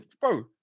bro